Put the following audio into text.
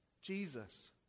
Jesus